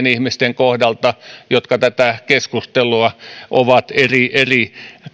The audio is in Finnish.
ihmisten kohdalta jotka tätä keskustelua ovat eri eri